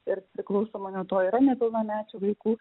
ir priklausomai nuo to yra nepilnamečių vaikų